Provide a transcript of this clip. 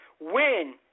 win